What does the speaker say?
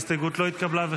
ההסתייגות לא נתקבלה.